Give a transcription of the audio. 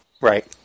right